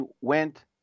went